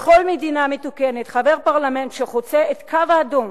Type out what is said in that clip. בכל מדינה מתוקנת חבר פרלמנט שחוצה את הקו האדום,